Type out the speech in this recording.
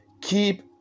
keep